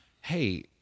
hey